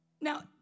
Now